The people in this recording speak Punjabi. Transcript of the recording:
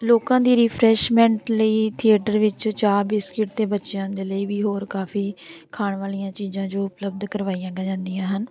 ਲੋਕਾਂ ਦੀ ਰਿਫਰੈਸ਼ਮੈਂਟ ਲਈ ਥੀਏਟਰ ਵਿੱਚ ਚਾਹ ਬਿਸਕਿੱਟ ਅਤੇ ਬੱਚਿਆਂ ਦੇ ਲਈ ਵੀ ਹੋਰ ਕਾਫ਼ੀ ਖਾਣ ਵਾਲੀਆਂ ਚੀਜ਼ਾਂ ਜੋ ਉਪਲਬਧ ਕਰਵਾਈਆਂ ਜਾਂਦੀਆਂ ਹਨ